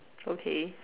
okay